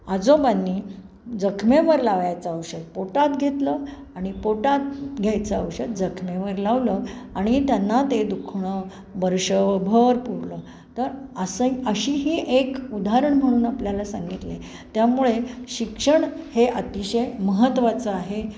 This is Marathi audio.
आजोबांनी जखमेवर लावायचं औषध पोटात घेतलं आणि पोटात घ्यायचं औषध जखमेवर लावलं आणि त्यांना ते दुखणं वर्षभर पुरलं तर असं अशी ही एक उदाहरण म्हणून आपल्याला सांगितलं आहे त्यामुळे शिक्षण हे अतिशय महत्वाचं आहे